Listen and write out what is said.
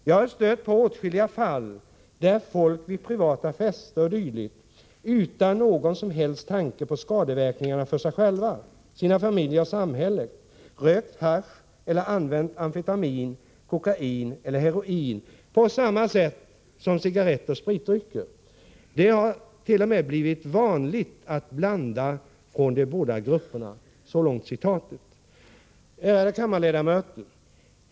Jag har stött på åtskilliga fall där folk vid privata fester o dyl utan någon som helst tanke på skadeverkningarna för sig själva, sina familjer och samhället rökt hasch eller använt amfetamin, kokain eller heroin på samma sätt som cigarretter och spritdrycker. Det har t o m blivit vanligt att blanda från de båda grupperna.” Ärade kammarledamöter!